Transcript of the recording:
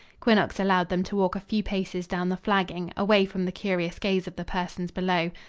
quinnox allowed them to walk a few paces down the flagging, away from the curious gaze of the persons below.